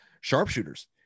sharpshooters